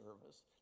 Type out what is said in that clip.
service